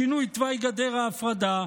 שינוי תוואי גדר ההפרדה,